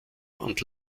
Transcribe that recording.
und